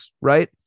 Right